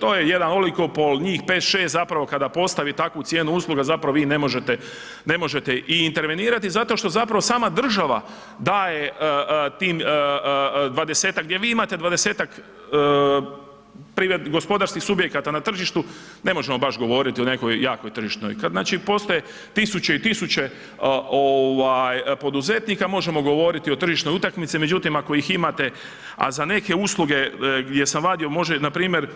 To je jedan oligopol, njih 5,6 zapravo kada postavi takvu cijenu usluga zapravo vi ne možete i intervenirati zato što zapravo sama država daje tim dvadesetak, gdje vi imate dvadesetak gospodarskih subjekata na tržištu, ne možemo baš govoriti o nekoj jakoj tržišnoj, kad, znači postoje tisuće i tisuće poduzetnika možemo govoriti o tržišnoj utakmici, međutim, ako ih imate, a za neke usluge gdje sam vadio, može, npr.